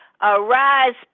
Arise